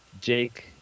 Jake